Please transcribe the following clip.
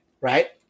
right